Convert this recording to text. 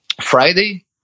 Friday